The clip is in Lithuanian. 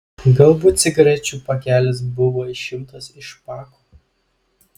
galbūt cigarečių pakelis buvo išimtas iš pako